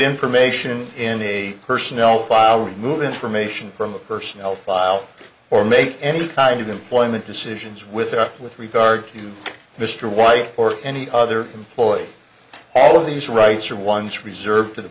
information in a personnel file remove information from the personnel file or make any kind of employment decisions with her with regard to mr white or any other employee all of these rights are once reserved to the